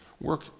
work